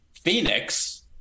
phoenix